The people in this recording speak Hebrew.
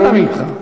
אנא ממך.